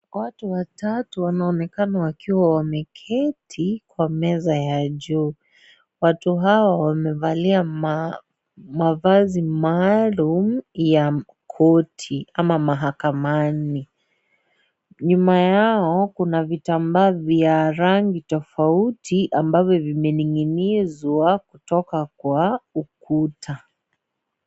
Watu watatu wanaonekana wakiwa wameketi kwa meza ya juu. Watu hawa wamevaa mavazi maalum ya koti ama mahakamani. Nyuma yao kuna vitambaa vya rangi tofauti, ambazo zimening'inizwa kutoka kwa ukuta.